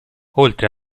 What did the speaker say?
oltre